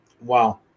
wow